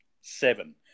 Seven